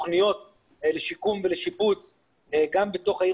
תוכניות לשיקום ולשיפוץ גם בתוך העיר